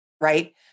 Right